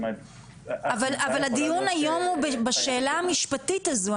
זאת אומרת --- אבל הדיון היום הוא בשאלה המשפטית הזו.